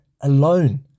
alone